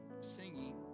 singing